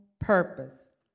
purpose